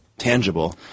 tangible